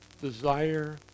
desire